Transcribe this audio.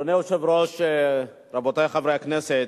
אדוני היושב-ראש, רבותי חברי הכנסת,